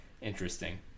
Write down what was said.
interesting